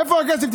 איפה הכסף?